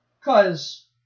Cause